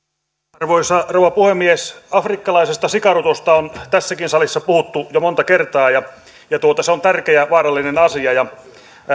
arvoisa rouva puhemies afrikkalaisesta sikarutosta on tässäkin salissa puhuttu jo monta kertaa ja se on tärkeä ja vaarallinen asia